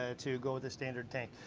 ah to go with the standard tank.